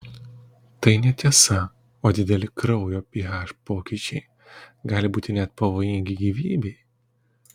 tai netiesa o dideli kraujo ph pokyčiai gali būti net pavojingi gyvybei